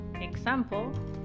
Example